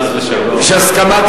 יש הסכמה,